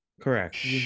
correct